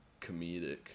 comedic